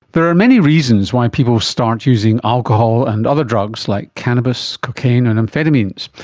there are many reasons why people start using alcohol and other drugs like cannabis, cocaine and amphetamines,